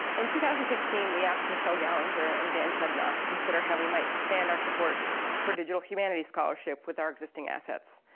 in two thousand and sixteen, we asked michelle yellinger and dan chudnoff to consider how we might expand our support for digital humanity scholarship with our existing assets.